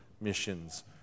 mission's